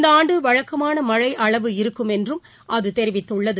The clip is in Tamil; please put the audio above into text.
இந்த ஆண்டு வழக்கமான மழை அளவு இருக்கும் என்றும் அது தெரிவித்துள்ளது